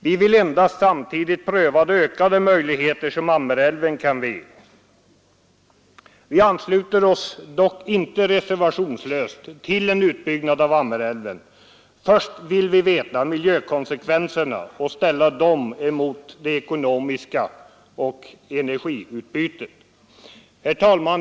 Vi vill samtidigt pröva de ökade möjligheter som Ammerälven kan ge. Vi ansluter oss dock inte reservationslöst till en utbyggnad av Ammerälven. Först vill vi veta miljökonsekvenserna och ställa dem mot de ekonomiska konsekvenserna och energiutbytet.